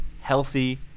healthy